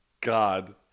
God